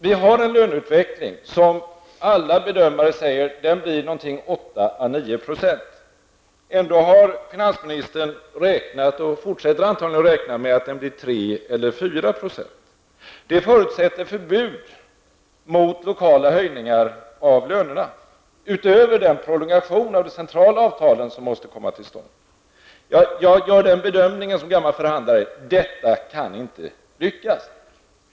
Vi har en löneutveckling om vilken alla bedömare säger att den blir någonting på 8--9 %. Ändå har finansministern räknat och fortsätter antagligen att räkna med att den blir 3 eller 4 %. Det förutsätter förbud mot lokala höjningar av lönerna utöver den prolongation av centrala avtal som måste komma till stånd. Jag gör den bedömningen som gammal förhandlare att detta kan inte lyckas.